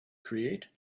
create